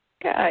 Good